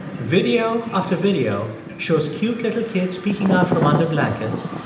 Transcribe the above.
video after video shows cute little kids peeking out from under blankets,